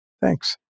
Thanks